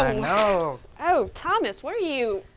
and you know oh, thomas, where are you.